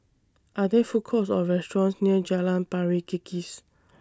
Are There Food Courts Or restaurants near Jalan Pari Kikis